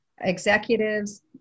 executives